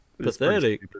Pathetic